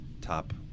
top